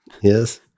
Yes